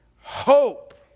hope